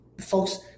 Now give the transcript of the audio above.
folks